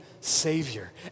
Savior